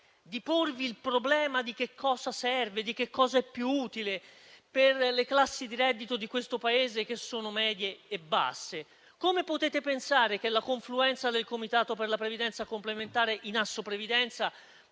di porvi il problema di che cosa serve, di che cosa è più utile per le classi di reddito di questo Paese, che sono medie e basse? Come potete pensare che la confluenza del Comitato per la previdenza complementare in Assoprevidenza